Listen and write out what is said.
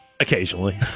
Occasionally